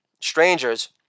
strangers